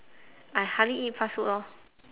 I hardly eat fast food lor